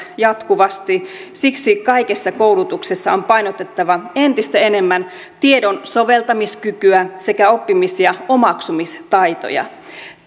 jatkuvasti siksi kaikessa koulutuksessa on painotettava entistä enemmän tiedon soveltamiskykyä sekä oppimis ja omaksumistaitoja